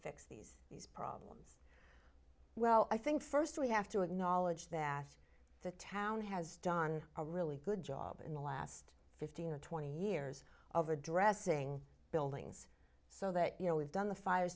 fix these these problems well i think first we have to acknowledge that the town has done a really good job in the last fifteen or twenty years of addressing buildings so that you know we've done the fire